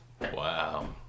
Wow